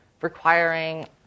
requiring